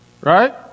right